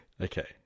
Okay